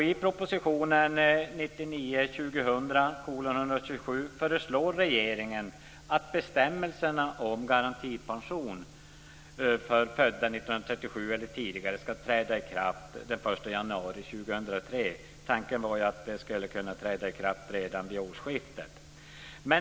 I proposition 1999/2000:127 föreslår regeringen att bestämmelserna om garantipension för personer födda 1937 eller tidigare ska träda i kraft den 1 januari 2003. Tanken var tidigare att dessa bestämmelser skulle kunna träda i kraft redan vid årsskiftet.